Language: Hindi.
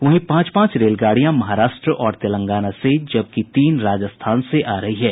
वहीं पांच पांच रेलगाड़ियां महाराष्ट्र और तेलंगाना से जबकि तीन राजस्थान से आ रही है